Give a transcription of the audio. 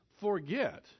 forget